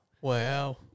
Wow